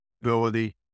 ability